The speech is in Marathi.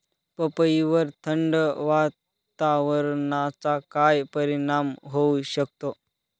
पपईवर थंड वातावरणाचा काय परिणाम होऊ शकतो?